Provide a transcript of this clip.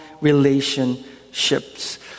relationships